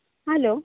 hello